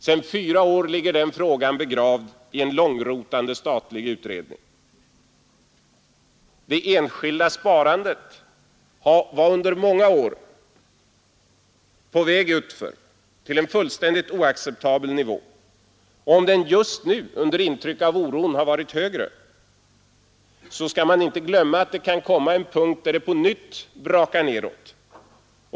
Sedan fyra år ligger den frågan begravd i en långrotande statlig utredning. Det enskilda sparandet var under många år på väg utför till en fullständigt oacceptabel nivå. Om det just nu under intryck av oron har varit högre, skall man inte glömma att det kan komma en punkt där det på nytt brakar nedåt.